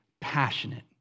passionate